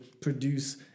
produce